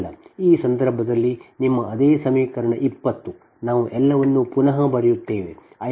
ಈ ಸಂದರ್ಭದಲ್ಲಿ ನಿಮ್ಮ ಅದೇ ಸಮೀಕರಣ 20 ನಾವು ಎಲ್ಲವನ್ನೂ ಪುನಃ ಬರೆಯುತ್ತೇವೆ I k 0